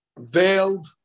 veiled